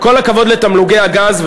עם כל הכבוד לתמלוגי הגז,